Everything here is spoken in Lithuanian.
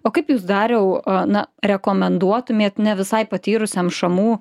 o kaip jūs dariau na rekomenduotumėt ne visai patyrusiam šamų